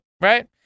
right